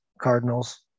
Cardinals